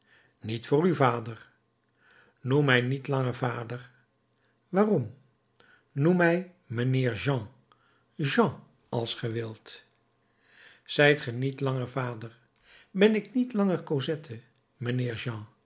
niet voor u vader noem mij niet langer vader waarom noem mij mijnheer jean jean als ge wilt zijt ge niet langer vader ben ik niet langer cosette mijnheer